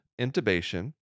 intubation